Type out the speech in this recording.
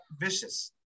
Vicious